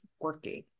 working